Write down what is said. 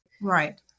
Right